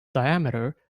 diameter